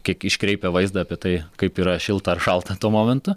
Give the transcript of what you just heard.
kiek iškreipia vaizdą apie tai kaip yra šilta ar šalta tuo momentu